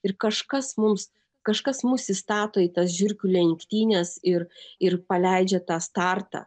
ir kažkas mums kažkas mus įstato į tas žiurkių lenktynes ir ir paleidžia tą startą